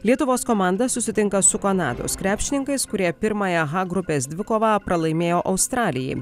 lietuvos komanda susitinka su kanados krepšininkais kurie pirmąją h grupės dvikovą pralaimėjo australijai